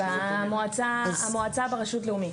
המועצה בשירות לאומי.